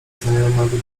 znajomego